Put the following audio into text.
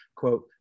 quote